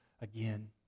again